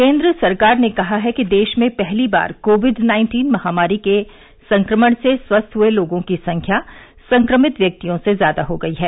केंद्र सरकार ने कहा है कि देश में पहली बार कोविड नाइन्टीन महामारी के संक्रमण से स्वस्थ हुए लोगों की संख्या संक्रमित व्यक्तियों से ज्यादा हो गई है